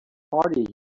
party